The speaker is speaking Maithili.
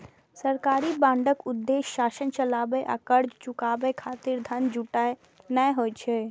सरकारी बांडक उद्देश्य शासन चलाबै आ कर्ज चुकाबै खातिर धन जुटेनाय होइ छै